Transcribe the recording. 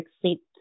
Sleep